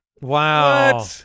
Wow